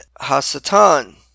Hasatan